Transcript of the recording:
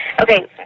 Okay